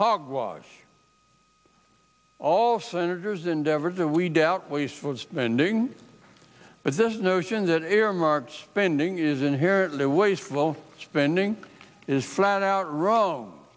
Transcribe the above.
hogwash all senators endeavor that we doubt wasteful spending but this notion that earmarks spending is inherently wasteful spending is flat out wrong